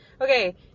Okay